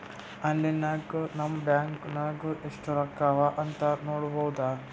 online ನಾಗ್ ನಮ್ bank ನಾಗ್ ಎಸ್ಟ್ ರೊಕ್ಕಾ ಅವಾ ಅಂತ್ ನೋಡ್ಬೋದ